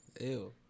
Ew